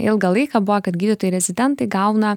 ilgą laiką buvo kad gydytojai rezidentai gauna